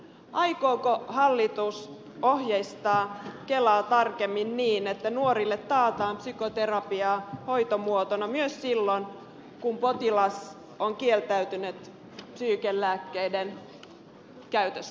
aikooko hallitus ohjeistaa kelaa tarkemmin niin että nuorille taataan psykoterapiaa hoitomuotona myös silloin kun potilas on kieltäytynyt psyykenlääkkeiden käytöstä